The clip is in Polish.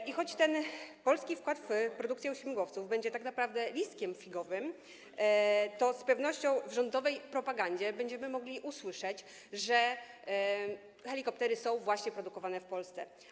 I choć ten polski wkład w produkcję śmigłowców będzie tak naprawdę listkiem figowym, to z pewnością w rządowej propagandzie będziemy mogli usłyszeć, że helikoptery są właśnie produkowane w Polsce.